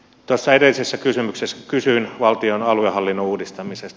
tuossa edellisessä kysymyksessä kysyin valtion aluehallinnon uudistamisesta